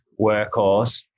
workhorse